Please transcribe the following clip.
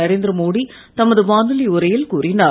நரேந்திர மோடி தமது வானொலி உரையில் கூறினார்